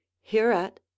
hereat